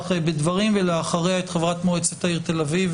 בדברים ואחריה את חברת מועצת העיר תל-אביב,